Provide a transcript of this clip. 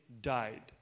died